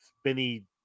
spinny